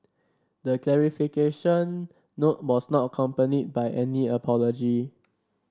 the clarification note was not accompanied by any apology